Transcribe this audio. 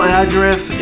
address